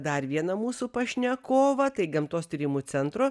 dar vieną mūsų pašnekovą tai gamtos tyrimų centro